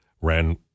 ran